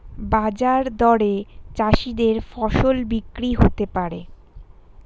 বাজার দরে চাষীদের ফসল বিক্রি হতে পারে